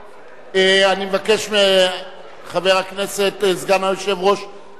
אני מבקש מחבר הכנסת סגן היושב-ראש מקלב,